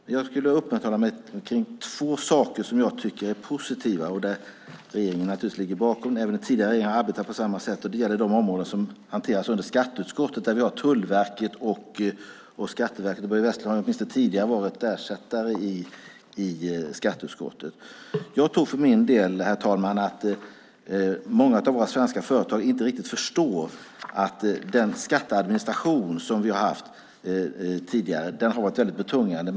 Men jag skulle vilja uppehålla mig vid två saker som jag tycker är positiva och som regeringen naturligtvis ligger bakom. Även den tidigare regeringen har arbetat på samma sätt. Det gäller de områden som hanteras under skatteutskottet, där vi har Tullverket och Skatteverket. Börje Vestlund har åtminstone tidigare varit ersättare i skatteutskottet. Jag tror för min del, herr talman, att många av våra svenska företag inte riktigt förstår att den skatteadministration som vi tidigare har haft har varit väldigt betungande.